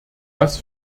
das